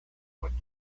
with